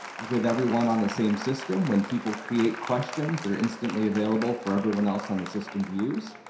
with everyone on the same system, when people create questions they're instantly available for everyone else on the system to use.